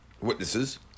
witnesses